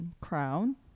crown